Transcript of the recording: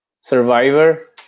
survivor